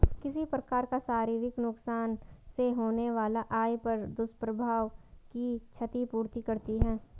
किसी प्रकार का शारीरिक नुकसान से होने वाला आय पर दुष्प्रभाव की क्षति पूर्ति करती है